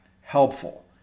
helpful